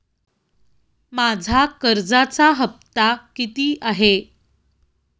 माझा कर्जाचा हफ्ता किती आहे?